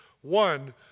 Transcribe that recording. One